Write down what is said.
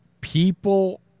People